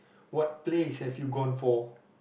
what place have you gone for